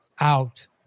out